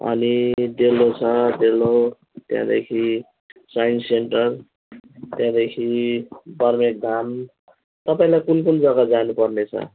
अनि डेलो छ डेलो त्यहाँदेखि साइन्स सेन्टर त्यहाँदेखि बरबेक धाम तपाईँलाई कुन कुन जग्गा जानुपर्ने छ